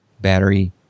battery